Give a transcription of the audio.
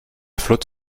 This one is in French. flotte